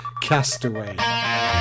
Castaway